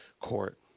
court